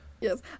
Yes